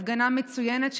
הפגנה מצוינת,